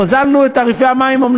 הוזלנו את תעריפי המים.